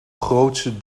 grootse